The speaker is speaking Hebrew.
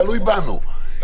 תלוי בנוי,